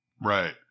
Right